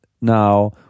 now